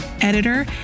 editor